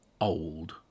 old